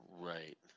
right